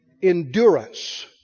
endurance